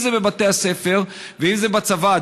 אם זה בבתי הספר ואם זה בצבא.